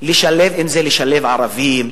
אם לשלב ערבים,